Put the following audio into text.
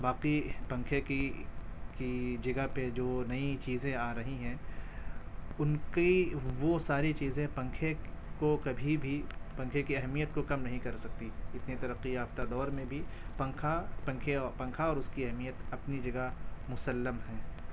باقی پنکھے کی کی جگہ پہ جو نئی چیزیں آ رہی ہیں ان کی وہ ساری چیزیں پنکھے کو کبھی بھی پنکھے کی اہمیت کو کم نہیں کر سکتیں اتنی ترقی یافتہ دور میں بھی پنکھا پنکھے پنکھا اور اس کی اہمیت اپنی جگہ مسلم ہے